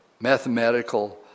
mathematical